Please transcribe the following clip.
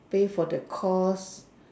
pay for the cost